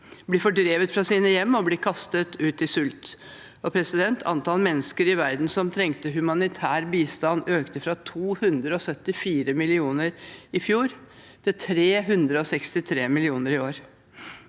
blir fordrevet fra sine hjem og blir kastet ut i sult. Antallet mennesker i verden som trenger humanitær bistand, økte fra 274 millioner i fjor til 363 millioner i år.